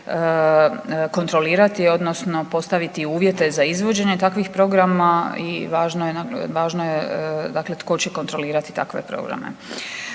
kontrolirati odnosno postaviti uvjete za izvođenje takvih programa i važno je, važno je dakle tko će kontrolirati takve programe.